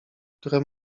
które